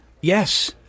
Yes